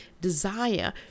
desire